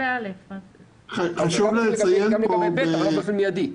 גם לגבי (ב), אבל "באופן מיידי".